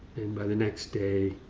by the next day,